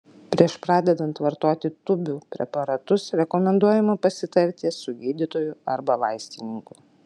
prieš pradedant vartoti tūbių preparatus rekomenduojama pasitarti su gydytoju arba vaistininku